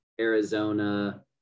Arizona